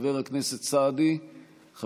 חבר הכנסת סגלוביץ' בעד.